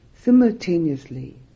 Simultaneously